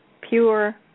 pure